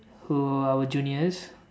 who were our juniors